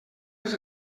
les